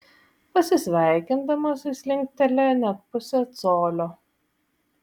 pasisveikindamas jis linktelėjo net pusę colio